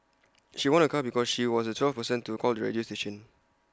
she won A car because she was the twelfth person to call the radio station